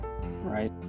right